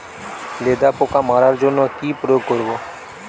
লেদা পোকা মারার জন্য কি প্রয়োগ করব?